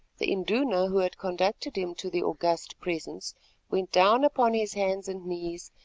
the induna who had conducted him to the august presence went down upon his hands and knees,